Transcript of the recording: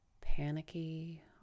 panicky